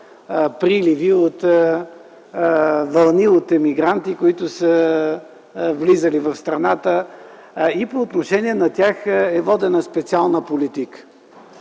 приливи вълни от емигранти, които са влизали в страната. По отношение на тях е водена специална политика.